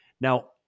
Now